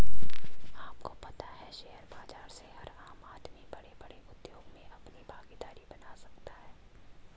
आपको पता है शेयर बाज़ार से हर आम आदमी बडे़ बडे़ उद्योग मे अपनी भागिदारी बना सकता है?